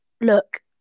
Look